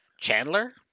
Chandler